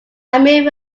amir